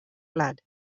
blood